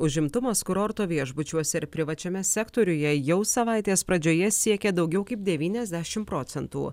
užimtumas kurorto viešbučiuose ir privačiame sektoriuje jau savaitės pradžioje siekė daugiau kaip devyniasdešim procentų